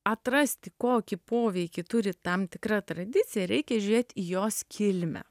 atrasti kokį poveikį turi tam tikra tradicija reikia žiūrėt į jos kilmę